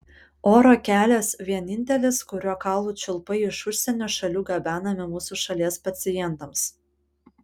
oro kelias vienintelis kuriuo kaulų čiulpai iš užsienio šalių gabenami mūsų šalies pacientams